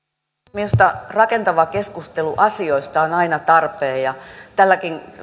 minusta rakentava keskustelu asioista on aina tarpeen ja tänäkin